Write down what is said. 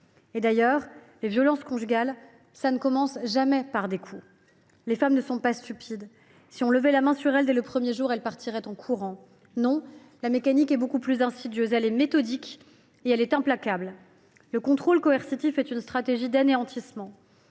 D’ailleurs, les violences conjugales, ça ne commence jamais par des coups. Les femmes ne sont pas stupides : si on levait la main sur elles dès le premier jour, elles partiraient en courant. Non, la mécanique est plus insidieuse. Elle est méthodique, et elle est implacable. Le contrôle coercitif est une stratégie d’anéantissement.